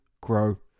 grow